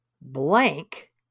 blank